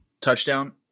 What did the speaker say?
touchdown